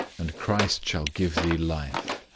and christ shall give thee life.